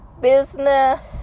business